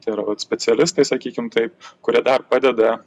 tai yra vat specialistai sakykim taip kurie dar padeda